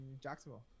Jacksonville